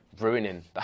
ruining